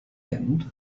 end